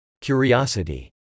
curiosity